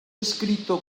descrito